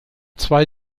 zwei